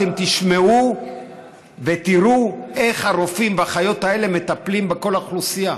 אתם תשמעו ותראו איך הרופאים והאחיות האלה מטפלים בכל האוכלוסייה,